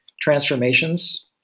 transformations